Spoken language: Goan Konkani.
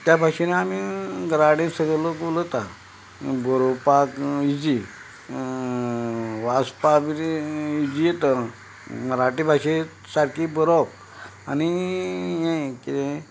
त्या भशेन आमी घरा कडेन सगळो लोक उलयता बरोवपाक इज्जी वाचपाक मराठी भाशे सारकी बरोवप आनी हें कितें